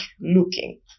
looking